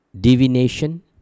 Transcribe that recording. Divination